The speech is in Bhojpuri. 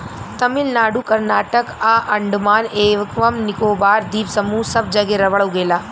तमिलनाडु कर्नाटक आ अंडमान एवं निकोबार द्वीप समूह सब जगे रबड़ उगेला